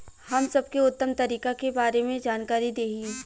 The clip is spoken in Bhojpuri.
हम सबके उत्तम तरीका के बारे में जानकारी देही?